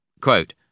Quote